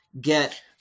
get